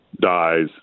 dies